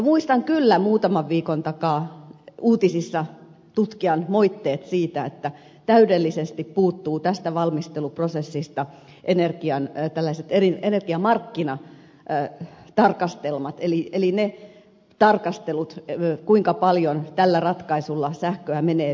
muistan kyllä muutaman viikon takaa uutisissa tutkijan moitteet siitä että tästä valmisteluprosessista puuttuu täydellisesti tällaiset energiamarkkinatarkastelmat eli ne tarkastelut kuinka paljon tällä ratkaisulla sähköä menee vientiin